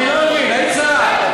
אני לא מבין, היית שרה.